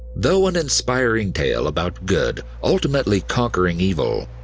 though an inspiring tale about good ultimately conquering evil,